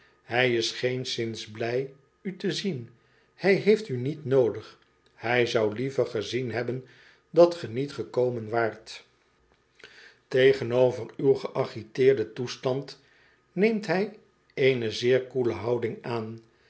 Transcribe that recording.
hij is geenszins blij u te zien hij heeft u niet noodig hij zou liever gezien nebben dat ge niet gekomen waart tegenover uw geagiteerden toestand noemt hij eene zeer koele houding aan